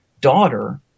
daughter